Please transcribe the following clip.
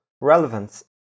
relevance